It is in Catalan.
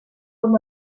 com